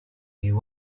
you